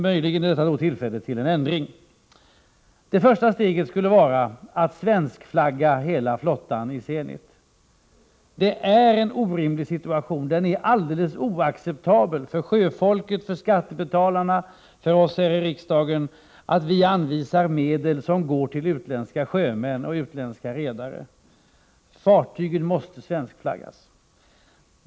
Möjligen finns det nu tillfälle till en ändring därvidlag. Det första steget skulle vara att svenskflagga Zenits hela flotta. Det är en orimlig situation, en situation som är alldeles oacceptabel för sjöfolket, för skattebetalarna och för oss här i riksdagen, att vi anvisar medel som går till utländska sjömän och utländska redare. Fartygen måste svenskflaggas.